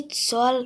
שרית סואל,